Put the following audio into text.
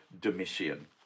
Domitian